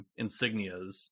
insignias